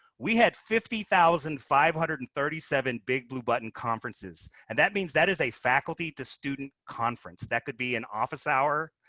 we had fifty thousand five hundred and thirty seven bigbluebutton conferences. and that means that is a faculty to student conference. that could be an office hour.